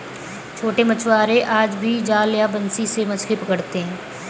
छोटे मछुआरे आज भी जाल या बंसी से मछली पकड़ते हैं